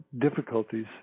difficulties